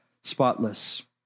spotless